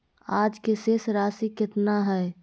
आज के शेष राशि केतना हइ?